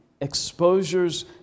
exposures